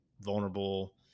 vulnerable